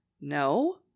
No